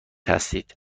هستید